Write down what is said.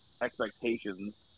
expectations